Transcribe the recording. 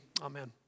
amen